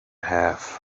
have